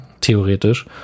theoretisch